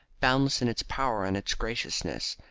boundless in its power and its graciousness,